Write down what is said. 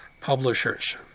Publishers